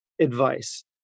advice